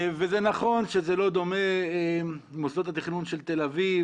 וזה נכון שלא דומה מוסדות התכנון של תל אביב